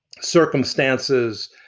circumstances